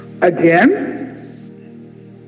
Again